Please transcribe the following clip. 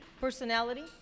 Personality